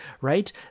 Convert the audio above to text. right